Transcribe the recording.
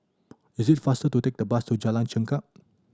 is it faster to take the bus to Jalan Chengkek